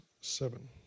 seven